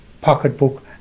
pocketbook